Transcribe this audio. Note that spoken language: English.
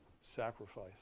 sacrifice